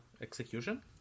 execution